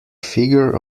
figure